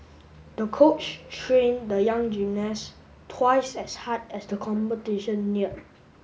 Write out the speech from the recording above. the coach trained the young gymnast twice as hard as the competition neared